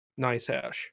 NiceHash